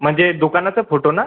म्हणजे दुकानाचा फोटो ना